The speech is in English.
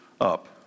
up